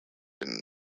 and